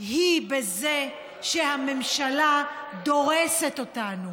היא בזה שהממשלה דורסת אותנו.